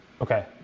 Okay